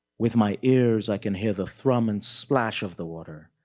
with my ears, i can hear the thrum and splash of the water,